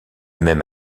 même